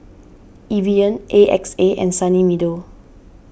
Evian A X A and Sunny Meadow